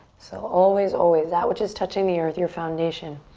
so always, always that which is touching the earth, your foundation,